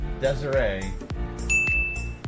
Desiree